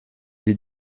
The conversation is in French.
des